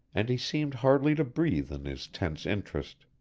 and he seemed hardly to breathe in his tense interest.